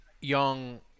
young